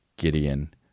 Gideon